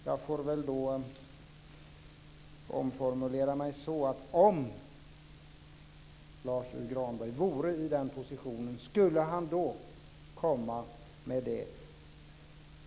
Jag får väl omformulera mig och säga så här: Om Lars U Granberg vore i den positionen - skulle han då komma med ett förslag?